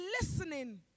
listening